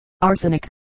arsenic